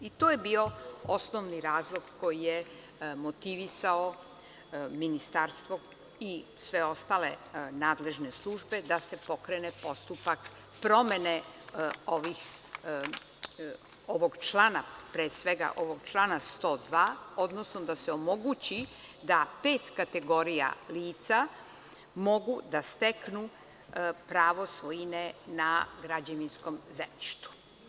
I to je bio osnovni razlog koji je motivisao Ministarstvo i sve ostale nadležne službe da se pokrene postupak promene ovog člana 102, odnosno da se omogući da pet kategorija lica mogu da steknu pravo svojine na građevinskom zemljištu.